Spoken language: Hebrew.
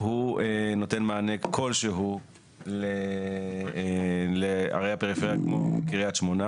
הוא נותן מענה כלשהו לערי הפריפריה כמו קריית שמונה.